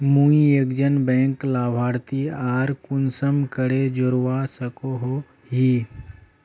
मुई एक जन बैंक लाभारती आर कुंसम करे जोड़वा सकोहो ही?